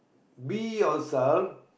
be yourself